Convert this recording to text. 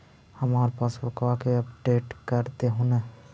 हमार पासबुकवा के अपडेट कर देहु ने?